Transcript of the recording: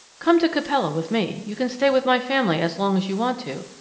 come to capella with me. you can stay with my family as long as you want to,